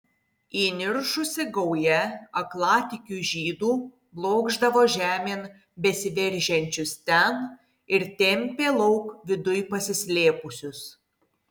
įniršusi gauja aklatikių žydų blokšdavo žemėn besiveržiančius ten ir tempė lauk viduj pasislėpusius